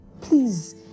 Please